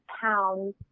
pounds